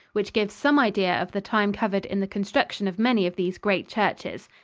which gives some idea of the time covered in the construction of many of these great churches.